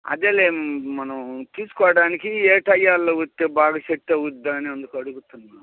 అదేలే మనం తీసుకోడానికి ఏ టైమ్లలో వస్తే బాగా సెట్ అవ్వుతుందా అని అందుకు అడుగుతున్నాను